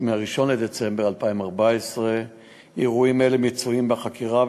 ב-1 בדצמבר 2014. אירועים אלה מצויים בחקירה,